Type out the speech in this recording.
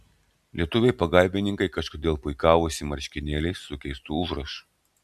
lietuviai pagalbininkai kažkodėl puikavosi marškinėliais su keistu užrašu